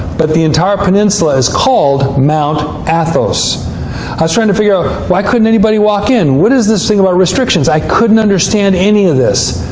but the entire peninsula is called mt. athos. i was trying to figure out, why couldn't anybody just walk in? what is this thing about restrictions? i couldn't understand any of this,